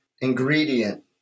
ingredient